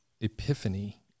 epiphany